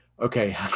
okay